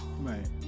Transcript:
Right